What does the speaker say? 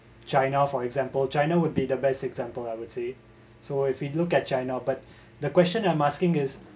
china for example china would be the best example I would say so if you look at china but the question I'm asking is